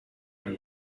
muri